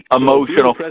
emotional